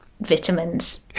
vitamins